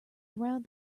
around